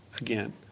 again